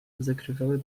zakrywały